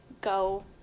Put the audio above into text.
go